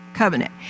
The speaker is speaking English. covenant